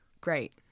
great